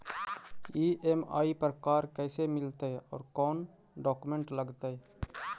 EMI पर car कैसे मिलतै औ कोन डाउकमेंट लगतै?